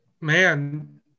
man